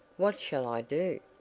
what shall i do?